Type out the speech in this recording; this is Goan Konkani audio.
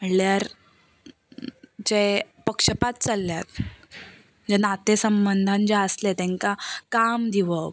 म्हणल्यार जें पक्षपात चल्ल्यात जें नातें संबंदान आसले तांकां काम दिवप